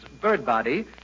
Birdbody